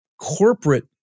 corporate